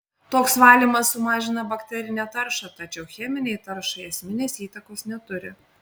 toks valymas sumažina bakterinę taršą tačiau cheminei taršai esminės įtakos neturi